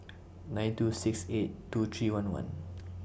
nine two six eight two three one one